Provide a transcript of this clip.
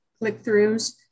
click-throughs